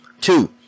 Two